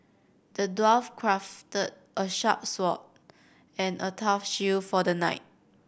the dwarf crafted a sharp sword and a tough shield for the knight